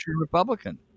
Republican